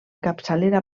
capçalera